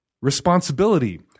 responsibility